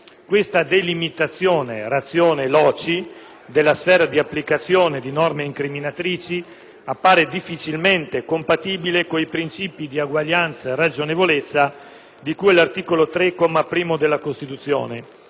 Tale delimitazione *ratione loci* della sfera di applicazione di norme incriminatrici appare difficilmente compatibile con i principi di eguaglianza e ragionevolezza di cui all'articolo 3, primo comma, della Costituzione,